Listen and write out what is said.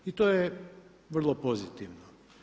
I to je vrlo pozitivno.